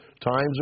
times